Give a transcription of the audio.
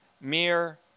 mere